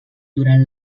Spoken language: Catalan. durant